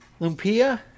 Lumpia